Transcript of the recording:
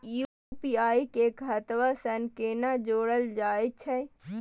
UPI के खाता सं केना जोरल जाए छै?